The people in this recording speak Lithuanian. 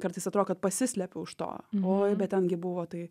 kartais atrodo kad pasislepi už to oi bet ten gi buvo tai